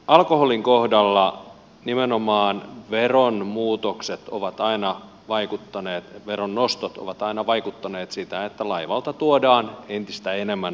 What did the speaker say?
alkoholin kohdalla nimenomaan veron nostot ovat aina vaikuttaneet siihen että laivalta tuodaan entistä enemmän alkoholia